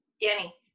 danny